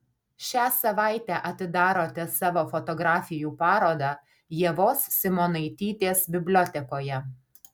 šią savaitę atidarote savo fotografijų parodą ievos simonaitytės bibliotekoje